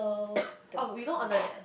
oh we don't order that